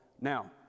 Now